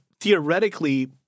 Theoretically